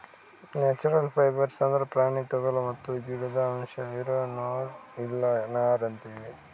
natural fibres ಅಂದ್ರ ಪ್ರಾಣಿ ತೊಗುಲ್ ಮತ್ತ್ ಗಿಡುದ್ ಅಂಶ್ ಇರೋ ನೂಲ್ ಇಲ್ಲ ನಾರ್ ಅಂತೀವಿ